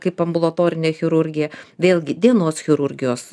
kaip ambulatorinę chirurgiją vėlgi dienos chirurgijos